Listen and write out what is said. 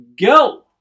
go